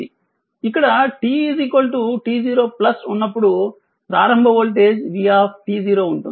ఇక్కడ t t 0 ఉన్నప్పుడు ప్రారంభ వోల్టేజ్ v ఉంటుంది